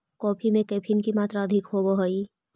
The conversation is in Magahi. कॉफी में कैफीन की मात्रा अधिक होवअ हई